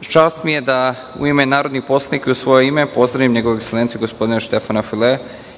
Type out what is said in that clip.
Čast mi je da, u ime narodnih poslanika i u svoje ime, pozdravim Njegovu ekselenciju, gospodina Štefana Filea,